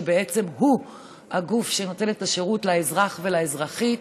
שבעצם הוא הגוף שנותן את השירות לאזרח ולאזרחית.